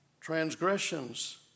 transgressions